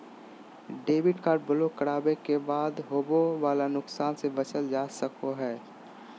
debit card block करावे के बाद होवे वाला नुकसान से बचल जा सको हय